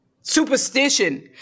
superstition